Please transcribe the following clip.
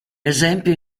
esempio